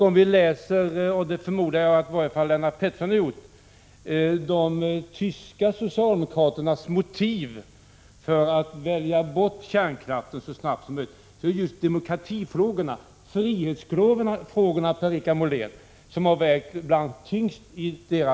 Om vi läser de tyska socialdemokraternas motiv — det förmodar jag att i varje fall Lennart Pettersson har gjort — för att välja bort kärnkraften så snabbt som möjligt, finner vi att det ibland är just demokratin och frihetsfrågorna som har vägt tyngst.